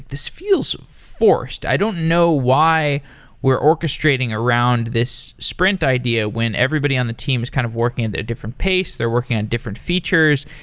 this feels forced. i don't know why we're orchestrating around this sprint idea when everybody on the team is kind of working at different pace, they're working on different features,